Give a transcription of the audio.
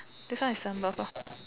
this one is number four